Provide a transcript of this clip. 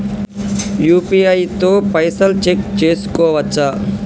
UPI తో పైసల్ check చేసుకోవచ్చా?